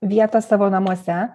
vietą savo namuose